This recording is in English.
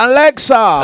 Alexa